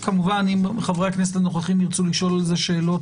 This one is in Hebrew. כמובן אם חברי הכנסת הנוכחים ירצו לשאול על זה שאלות,